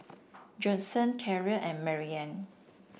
Judson Terrell and Marianne